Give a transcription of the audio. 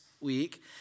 week